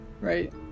right